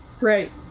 Right